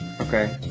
Okay